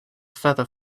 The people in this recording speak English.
feather